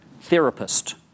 therapist